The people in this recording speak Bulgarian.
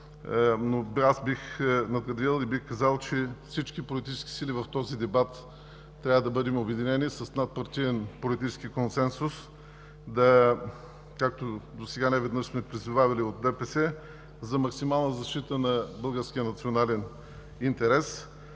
за решение. Бих казал, че всички политически сили в този дебат трябва да бъдем обединени с надпартиен политически консенсус. Както досега не веднъж сме призовали от ДПС – за максимална защита на българския национален интерес